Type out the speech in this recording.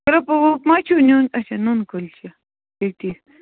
کِرٛپہٕ وِرٛپہٕ ما چھُو نیُن اچھا نُنہٕ کُلچہِ تی تی